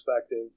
perspective